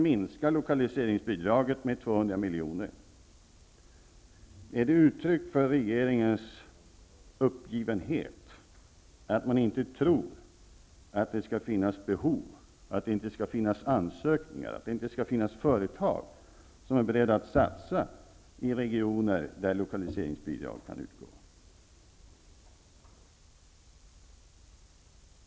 milj.kr. Är det uttryck för regeringens uppgivenhet att den inte tror att det skall finnas behov, att det inte skall finnas ansökningar och att det inte skall finnas företag som är beredda att satsa i regioner där lokaliseringsbidrag kan utgå?